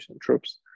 troops